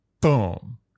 boom